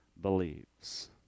believes